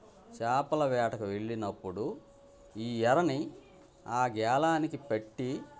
చాపల వేటకు వెళ్ళినప్పుడు ఈ ఎరని ఆ గేలానికి పెట్టి